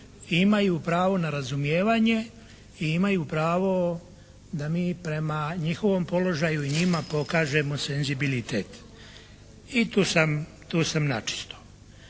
imaju pravo na razumijevanje i imaju pravo da mi prema njihovom položaju i njima pokažemo senzibilitet. I tu sam načisto.